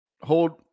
hold